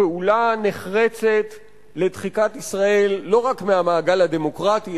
פעולה נחרצת לדחיקת ישראל לא רק מהמעגל הדמוקרטי,